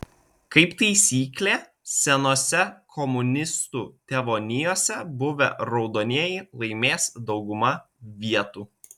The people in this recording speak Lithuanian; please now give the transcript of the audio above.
kaip taisyklė senose komunistų tėvonijose buvę raudonieji laimės daugumą vietų